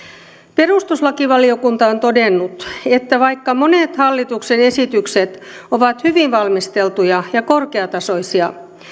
perustuslakivaliokunta on todennut että vaikka monet hallituksen esitykset ovat hyvin valmisteltuja ja korkeatasoisia